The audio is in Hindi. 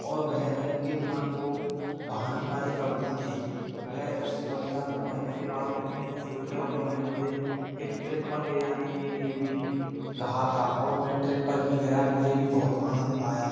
और वह उनके मन को बहाने वाली कविता थी वह उस कविता को पढ़ने के बाद इतने खुश हुए कि उन्होंने मुझे एक ट्रिप पर ले जाने के लिए भी कहा था और मैं ट्रिप पर भी गया मुझे भी बहुत आनंद आया